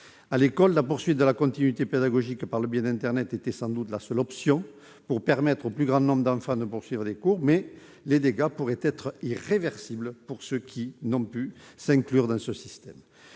À l'école, assurer la continuité pédagogique par le biais d'internet était sans doute la seule option pour permettre au plus grand nombre d'enfants possible de continuer à suivre les cours, mais les dégâts pourraient être irréversibles pour ceux qui n'ont pu s'inclure dans le système.